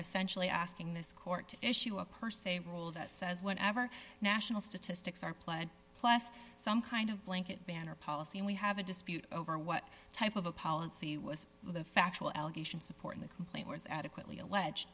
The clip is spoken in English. essentially asking this court to issue a person a rule that says whenever national statistics are played plus some kind of blanket ban or policy and we have a dispute over what type of a policy was the factual allegations supporting the complaint was adequately alleged